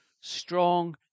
strong